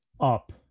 up